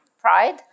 Pride